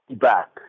back